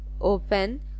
open